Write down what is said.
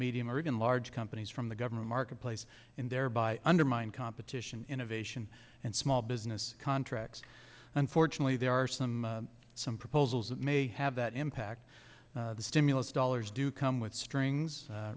medium or even large companies from the government marketplace and thereby undermine competition innovation and small business contracts and fortunately there are some some proposals that may have that impact the stimulus dollars do come with strings